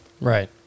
Right